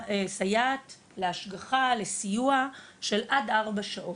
סייעת להשגחה, לסיוע, של עד ארבע שעות.